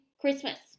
Christmas